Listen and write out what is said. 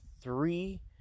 three